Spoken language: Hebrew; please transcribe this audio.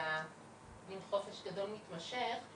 על מין חופש גדול מתמשך,